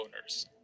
owners